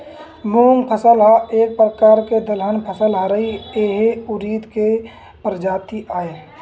मूंग फसल ह एक परकार के दलहन फसल हरय, ए ह उरिद के एक परजाति आय